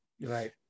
right